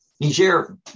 Niger